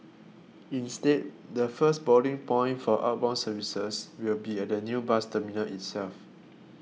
instead the first boarding point for outbound services will be at the new bus terminal itself